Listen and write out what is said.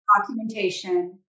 documentation